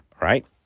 right